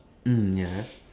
mm ya